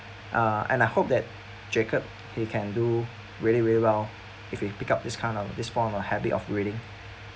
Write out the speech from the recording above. uh and I hope that jacob he can do really really well if he pick up this kind of this form of habit of reading